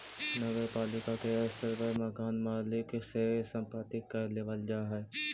नगर पालिका के स्तर पर मकान मालिक से संपत्ति कर लेबल जा हई